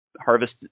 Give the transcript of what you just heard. harvest